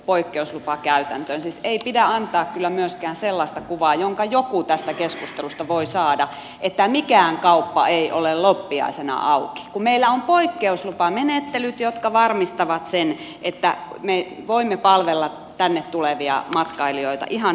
siis ei pidä antaa kyllä myöskään sellaista kuvaa jonka joku tästä keskustelusta voi saada että mikään kauppa ei ole loppiaisena auki kun meillä on poikkeuslupamenettelyt jotka varmistavat sen että me voimme palvella tänne tulevia matkailijoita ihan niin kuin kuuluukin